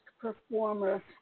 Performer